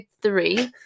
three